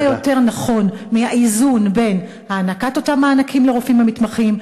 מה יותר נכון מאיזון בהענקת אותם מענקים לרופאים המתמחים,